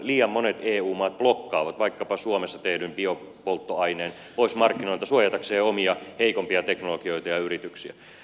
liian monet eu maat blokkaavat vaikkapa suomessa tehdyn biopolttoaineen pois markkinoilta suojatakseen omia heikompia teknologioita ja yrityksiä